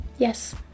Yes